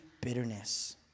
bitterness